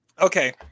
okay